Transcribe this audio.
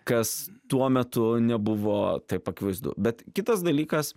kas tuo metu nebuvo taip akivaizdu bet kitas dalykas